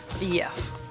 Yes